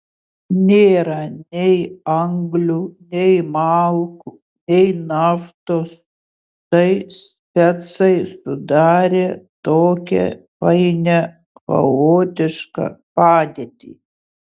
nėra nei anglių nei malkų nei naftos tai specai sudarė tokią painią chaotišką padėtį